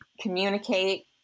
Communicate